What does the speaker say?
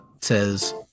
says